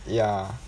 ya